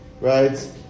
Right